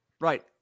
Right